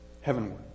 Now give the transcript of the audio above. heavenward